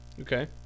Okay